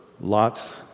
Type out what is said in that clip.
lots